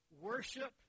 worship